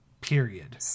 period